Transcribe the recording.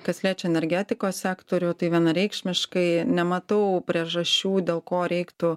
kas liečia energetikos sektorių tai vienareikšmiškai nematau priežasčių dėl ko reiktų